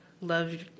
love